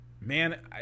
man